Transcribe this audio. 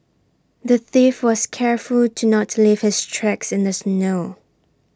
the thief was careful to not leave his tracks in the snow